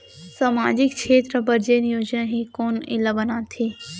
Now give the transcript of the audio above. सामाजिक क्षेत्र बर जेन योजना हे कोन एला बनाथे?